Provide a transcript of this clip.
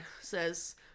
says